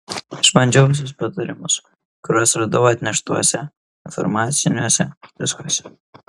išbandžiau visus patarimus kuriuos radau atneštuose informaciniuose diskuose